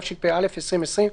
התשפ"א-2020,